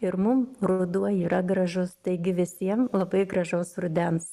ir mum ruduo yra gražus taigi visiem labai gražaus rudens